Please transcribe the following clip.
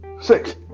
six